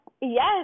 Yes